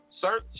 search